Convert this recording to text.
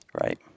right